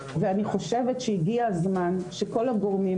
הגיע הזמן שכל הגורמים,